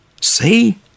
See